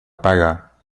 paga